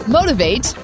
Motivate